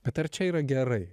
bet ar čia yra gerai